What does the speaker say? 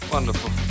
Wonderful